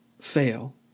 fail